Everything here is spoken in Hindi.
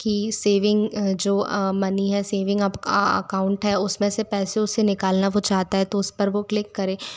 की सेविंग मनी है सेविंग आकॉउन्ट है उसमें से पैसे उसे निकालना वो चाहता है तो वो उस पर क्लिक करे